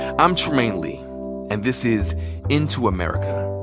i'm trymaine lee and this is into america,